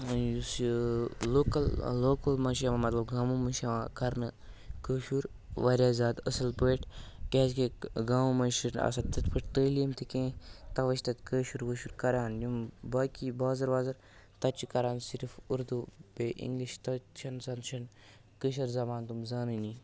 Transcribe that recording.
یُس یہِ local local منٛز چھِ یِوان مطلب گامو منٛز چھِ یِوان کَرنہٕ کٲشُر واریاہ زیادٕ اَصٕل پٲٹھۍ کیٛازِکہِ گامو منٛز چھِنہٕ آسان تِتھ پٲٹھۍ تٲلیٖم تہِ کینٛہہ تَوَے چھِ تَتہِ کٲشُر وٕٲشُر کَران یِم باقٕے بازَر وازَر تَتہِ چھِ کَران صِرف اُردو بیٚیہِ اِنٛگلِش تَتہِ چھَنہٕ زَن چھِنہٕ کٲشِر زَبان تِم زانٲنی